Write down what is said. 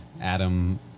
adam